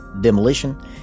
demolition